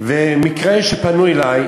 מקרה שפנו אלי,